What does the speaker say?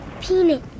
Peanut